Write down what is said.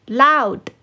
loud